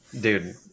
dude